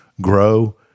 grow